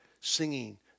singing